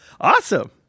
Awesome